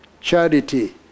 charity